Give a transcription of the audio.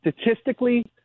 statistically